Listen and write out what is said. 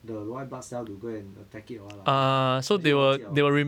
the white blood cells to go and attack it or [what] lah actually 我忘记 liao